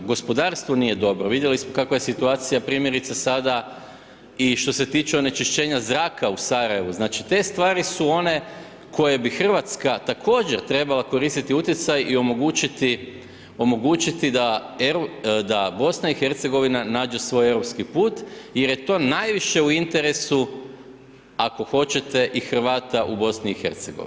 Gospodarstvo nije dobro, vidjeli smo kakva je situacija primjerice sada i što se tiče onečišćenja zraka u Sarajevu, znači te stvari su one koje bi Hrvatska trebala koristiti utjecaj i omogućiti, omogućiti da BiH nađe svoj europski put jer je to najviše u interesu ako hoćete i Hrvata u BiH.